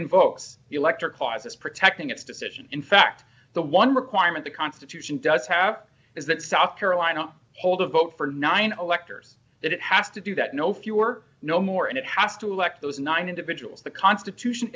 invokes elector clauses protecting its decision in fact the one requirement the constitution does have is that south carolina hold a vote for nine electors that it has to do that no fewer no more and it has to elect those nine individuals the constitution